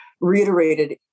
reiterated